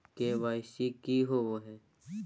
KYC की होबो है?